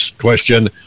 question